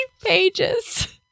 pages